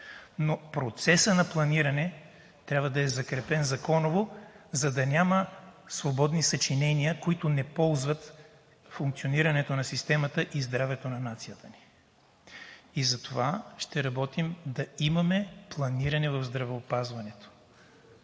Но процесът на планиране трябва да е закрепен законово, за да няма свободни съчинения, които не ползват функционирането на системата и здравето на нацията ни. Затова ще работим да имаме планиране в здравеопазването.